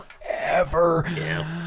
forever